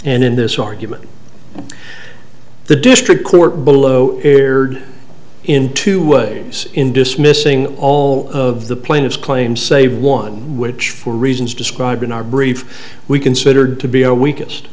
and in this argument the district court below erred in two ways in dismissing all of the plaintiff's claim save one which for reasons described in our brief we considered to be a weakest